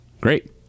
Great